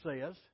says